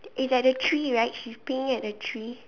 is at the tree right she's peeing at the tree